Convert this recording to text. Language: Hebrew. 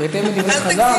בהתאם לדברי חז"ל,